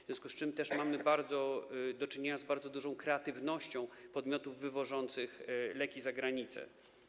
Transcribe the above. W związku z tym mamy też do czynienia z bardzo dużą kreatywnością podmiotów wywożących leki za granicę.